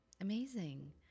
Amazing